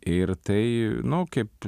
ir tai nu kaip